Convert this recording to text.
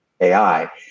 AI